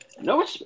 no